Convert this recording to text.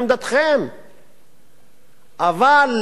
אבל לרכוב על גל של פופוליזם,